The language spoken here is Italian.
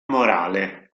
morale